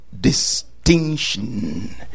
distinction